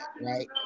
right